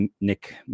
Nick